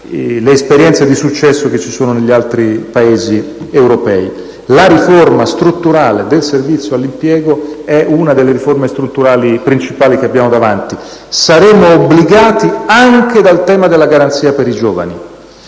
alle esperienze di successo che ci sono negli altri Paesi europei. La riforma strutturale del servizio per l'impiego è una delle principali riforme strutturali che abbiamo davanti. Saremo obbligati anche dal tema della «Garanzia per i giovani»,